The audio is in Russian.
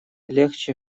легче